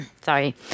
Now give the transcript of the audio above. sorry